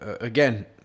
again